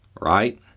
Right